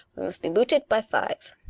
we must be booted by five.